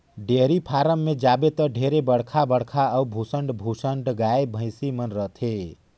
dairy farm में जाबे त ढेरे बड़खा बड़खा अउ भुसंड भुसंड गाय, भइसी मन रथे